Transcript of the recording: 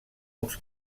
uns